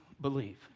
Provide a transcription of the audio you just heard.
believe